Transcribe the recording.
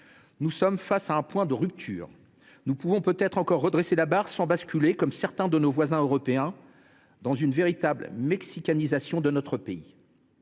Nous sommes face à un point de rupture. Nous pouvons peut être encore redresser la barre sans basculer, comme certains de nos voisins européens, dans une véritable mexicanisation de notre pays.